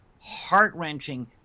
heart-wrenching